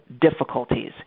difficulties